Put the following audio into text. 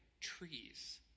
trees